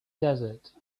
desert